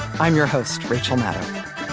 i'm your host rachel maddow